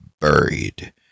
buried